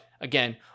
again